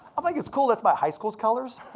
i'm like, it's cool, that's my high school's colors.